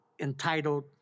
entitled